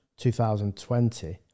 2020